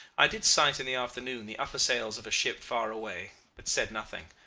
i did sight in the afternoon the upper sails of a ship far away, but said nothing,